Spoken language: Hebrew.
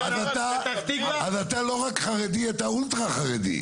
אתה לא חרדי אתה אולטרה חרדי.